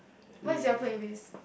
what is your playlist